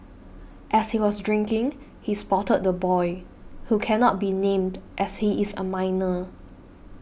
as he was drinking he spotted the boy who cannot be named as he is a minor